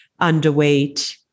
underweight